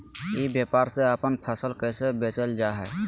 ई व्यापार से अपन फसल कैसे बेचल जा हाय?